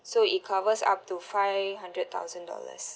so it covers up to five hundred thousand dollars